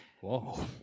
Whoa